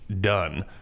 done